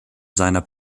seiner